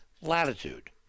latitude